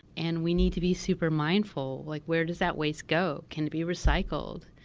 and we need to be super mindful, like, where does that waste go? can it be recycled?